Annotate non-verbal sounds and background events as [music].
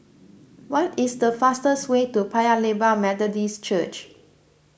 [noise] what is the fastest way to Paya Lebar Methodist Church